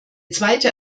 zweite